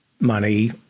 money